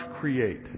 create